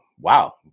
wow